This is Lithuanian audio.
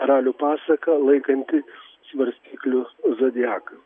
karalių pasaką laikantį svarstyklių zodiaką